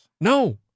No